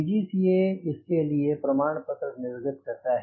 DGCA इसके लिए प्रमाण पत्र निर्गत करता है